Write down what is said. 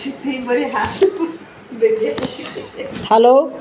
hello